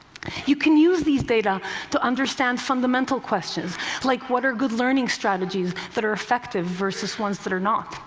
you can use these data to understand fundamental questions like, what are good learning strategies that are effective versus ones that are not?